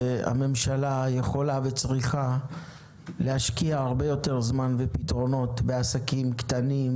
הממשלה יכולה וצריכה להשקיע הרבה יותר זמן ופתרונות בעסקים קטנים,